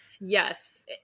Yes